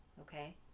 okay